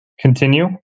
continue